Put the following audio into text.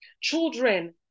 Children